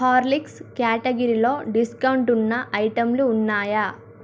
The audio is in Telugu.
హార్లిక్స్ క్యాటగరిలో డిస్కౌంట్ ఉన్న ఐటెంలు ఉన్నాయా